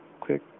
quick